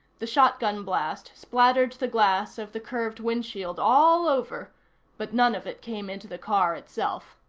the shotgun blast splattered the glass of the curved windshield all over but none of it came into the car itself.